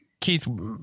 Keith